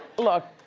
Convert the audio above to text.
look,